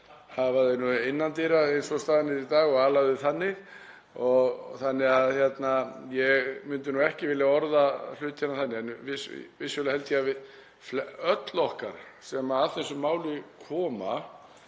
hafa þau bara innan dyra eins og staðan er í dag og ala þau þannig. Ég myndi ekki vilja orða hlutina þannig en vissulega held ég að öll okkar sem að þessu máli koma